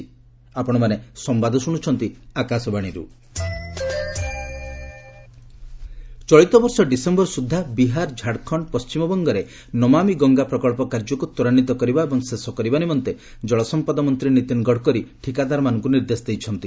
ଗଡ଼କରୀ ନମାମି ଗଙ୍ଗେ ଚଳିତ ବର୍ଷ ଡିସେମ୍ବର ସୁଦ୍ଧା ବିହାର ଝାଡ଼ଖଣ୍ଡ ପଶ୍ଚିମବଙ୍ଗରେ ନମାମି ଗଙ୍ଗା ପ୍ରକଳ୍ପ କାର୍ଯ୍ୟକୁ ତ୍ୱରାନ୍ୱିତ କରିବା ଏବଂ ଶେଷ କରିବା ନିମନ୍ତେ ଜଳସମ୍ପଦ ମନ୍ତ୍ରୀ ନୀତିନ ଗଡ଼କରୀ ଠିକାଦାରମାନଙ୍କୁ ନିର୍ଦ୍ଦେଶ ଦେଇଛନ୍ତି